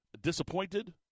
disappointed